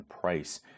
price